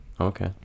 okay